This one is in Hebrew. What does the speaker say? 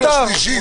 --- לשקר.